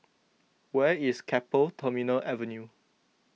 where is Keppel Terminal Avenue